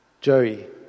Joey